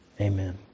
Amen